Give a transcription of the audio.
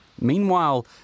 Meanwhile